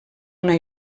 una